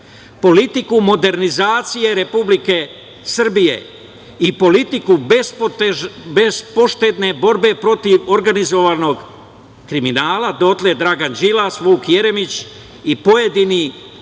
politiku modernizacije Republike Srbije i politiku bespoštedne borbe protiv organizovanog kriminala, dotle Dragan Đilas, Vuk Jeremić i pojedini